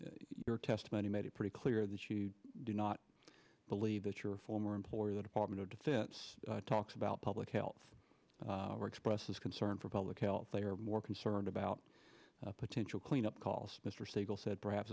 but your testimony made it pretty clear that you do not believe that your former employer the department of defense talks about public health or expresses concern for public health they are more concerned about potential clean up costs mr siegel said perhaps